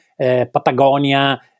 Patagonia